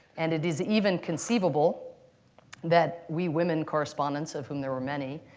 and it is even conceivable that we women correspondents, of whom there were many,